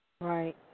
Right